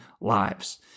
lives